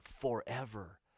forever